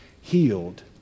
healed